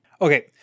Okay